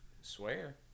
Swear